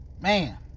man